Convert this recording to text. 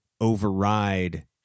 override